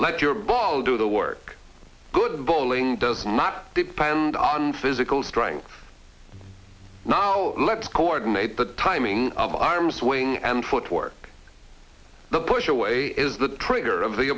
like your ball do the work good bowling does not depend on physical strength now let's coordinate the timing of arms swing and footwork the push away is the trigger